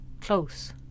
close